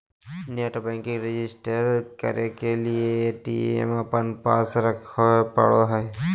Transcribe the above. net banking register करे के लिए ए.टी.एम अपने पास रखे पड़ो हइ